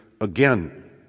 again